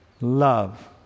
love